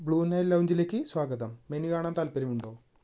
blue Nile ലൗഞ്ചിലേക്ക് സ്വാഗതം menu കാണാൻ താല്പര്യമുണ്ടോ